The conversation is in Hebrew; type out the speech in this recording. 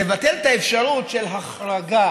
לבטל את האפשרות של החרגה